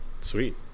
Sweet